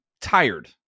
tired